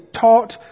taught